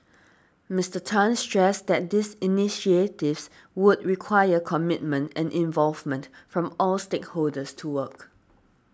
Mister Tan stressed that these initiatives would require commitment and involvement from all stakeholders to work